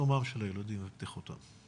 שלומם של הילדים ובטיחותם.